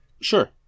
sure